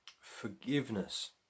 forgiveness